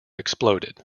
exploded